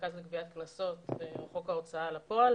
המרכז לגביית קנסות וחוק ההוצאה לפועל,